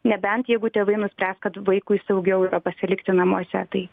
nebent jeigu tėvai nuspręs kad vaikui saugiau yra pasilikti namuose tai